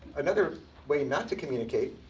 another way not to communicate.